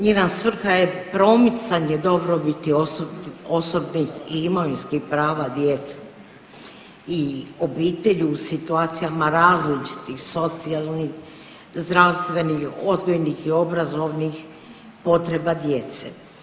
Njena svrha je promicanje dobrobiti osobnih i imovinskih prava djece i obitelji u situacijama različitih socijalnih, zdravstvenih, odgojnih i obrazovnih potreba djece.